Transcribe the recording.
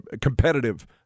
competitive